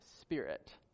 spirit